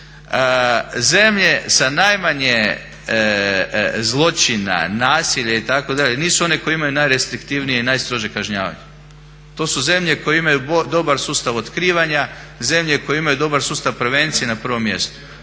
zemlje sa najmanje zločina, nasilja itd. nisu one koje imaju najrestriktivnije i najstrože kažnjavanje. To su zemlje koje imaju dobar sustav otkrivanja, zemlje koje imaju dobar sustav prevencije na prvom mjestu.